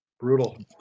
Brutal